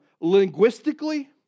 linguistically